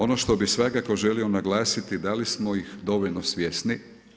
Ono što bih svakako želio naglasiti da li smo ih dovoljno svjesni.